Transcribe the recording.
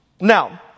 Now